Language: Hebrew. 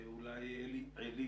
המשפטיות.